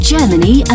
Germany